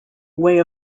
way